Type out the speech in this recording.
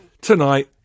tonight